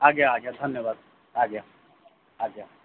ଆଜ୍ଞା ଆଜ୍ଞା ଧନ୍ୟବାଦ ଆଜ୍ଞା ଆଜ୍ଞା